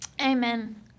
Amen